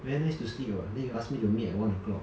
very nice to sleep [what] then you ask me to meet at one o'clock